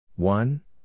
One